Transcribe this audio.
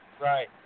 Right